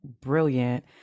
brilliant